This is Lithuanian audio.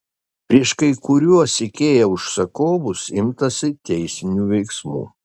prieš kai kuriuos ikea užsakovus imtasi teisinių veiksmų